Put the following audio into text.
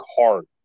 hard